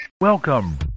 Welcome